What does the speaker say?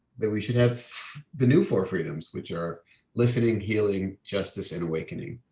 that we should have the new four freedoms which are listening, healing, justice and awakening.